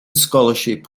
scholarship